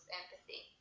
empathy